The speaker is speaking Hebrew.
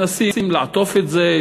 מנסים לעטוף את זה,